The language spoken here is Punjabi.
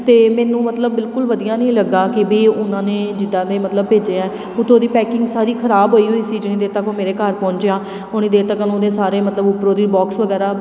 ਅਤੇ ਮੈਨੂੰ ਮਤਲਬ ਬਿਲਕੁਲ ਵਧੀਆ ਨਹੀਂ ਲੱਗਾ ਕਿ ਵੀ ਉਹਨਾਂ ਨੇ ਜਿੱਦਾਂ ਦੇ ਮਤਲਬ ਭੇਜੇ ਹੈ ਉੱਤੋਂ ਉਹਦੀ ਪੈਕਿੰਗ ਸਾਰੀ ਖਰਾਬ ਹੋਈ ਹੋਈ ਸੀ ਜਿੰਨੀ ਦੇਰ ਤੱਕ ਉਹ ਮੇਰੇ ਘਰ ਪਹੁੰਚਿਆ ਓਨੀ ਦੇਰ ਤੱਕ ਉਹਦੇ ਸਾਰੇ ਮਤਲਬ ਉੱਪਰੋਂ ਦੀ ਬੋਕਸ ਵਗੈਰਾ